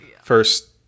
first